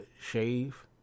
shave